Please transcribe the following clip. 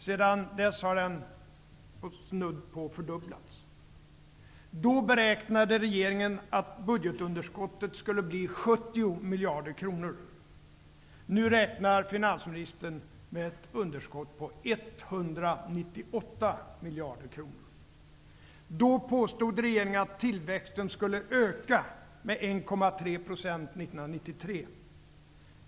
Sedan dess har den snudd på fördubblats. Då beräknade regeringen att budgetunderskottet skulle bli 70 miljarder kronor. Nu räknar finansministern med ett underskott på 198 Då påstod regeringen att tillväxten 1993 skulle öka med 1,3 % 1993.